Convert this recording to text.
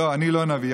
לא, אני לא נביא.